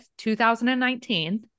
2019